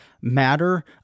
matter